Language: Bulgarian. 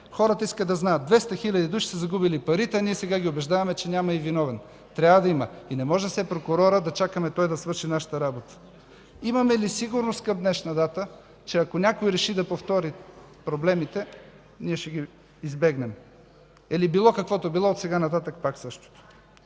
Хората искат да знаят – 200 хил. души са загубили парите си, а ние сега ги убеждаваме, че няма и виновен. Трябва да има! Не може да чакаме все прокурорът да свърши нашата работа. Имаме ли сигурност към днешна дата, че ако някой реши да повтори проблемите, ние ще ги избегнем? Или било, каквото било, от сега нататък пак същото.